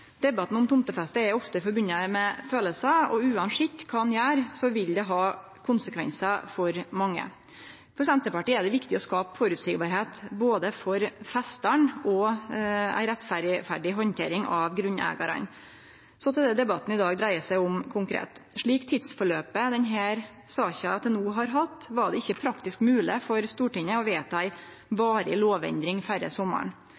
Debatten om tomtefeste er ofte knytt saman med følelsar, og uansett kva ein gjer, vil det ha konsekvensar for mange. For Senterpartiet er det viktig å skape føreseielegheit for festaren og ha ei rettferdig handtering av grunneigaren. Så til det debatten i dag dreier seg om konkret. Med den tida denne saka til no har teke, var det ikkje praktisk mogleg for Stortinget å vedta ei varig lovendring før sommaren.